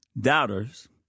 Doubters